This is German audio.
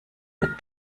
mit